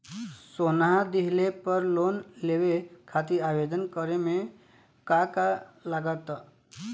सोना दिहले पर लोन लेवे खातिर आवेदन करे म का का लगा तऽ?